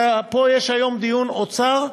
פה יש היום דיון: אוצר,